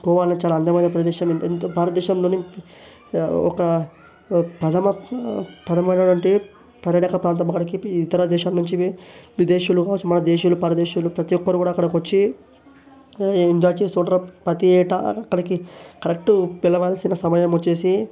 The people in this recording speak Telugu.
గోవాలో చాలా అందమైన ప్రదేశం ఎంతో భారత దేశంలోని ఒక ప్రధమ ప్రధమైనటువంటి పర్యాటక ప్రాంతం అక్కడికి ఇతర దేశాల నుంచి వి విదేశీయులు కావచ్చు మన దేశీయులు పరదేశీయులు ప్రతీ ఒక్కరు కూడా అక్కడకి వచ్చి ఎంజాయ్ చేస్తూ ఉంటారు ప్రతి ఏటా అక్కడికి కరెక్టు పిలవాల్సిన సమయము వచ్చి